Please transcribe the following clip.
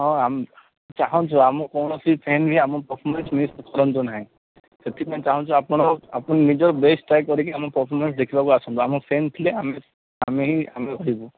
ହଁ କୌଣସି ଫ୍ୟାନ୍ ବି ଆମର ପର୍ଫୋମାନ୍ସ ମିସ୍ କରନ୍ତୁ ନାହିଁ ସେଥିପାଇଁ ଚାହୁଁଛୁ ଆପଣ ଆପଣ ନିଜର ବେଷ୍ଟ ଟ୍ରାଏ କରିକି ଆମ ପର୍ଫୋମାନ୍ସ ଦେଖିବାକୁ ଆସନ୍ତୁ ଆମ ଫ୍ୟାନ୍ ଥିଲେ ଆମେ ହିଁ ଆମେ ରହିବୁ